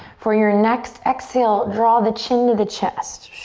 for your next exhale, draw the chin to the chest.